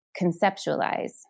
conceptualize